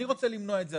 אני רוצה למנוע את זה,